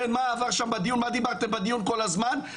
מה דברתם בדיון כל הזמן?